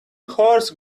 horse